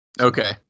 Okay